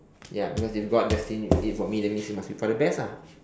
ya because if god destined it it for me that means it must be for the best ah